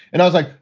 and i was like,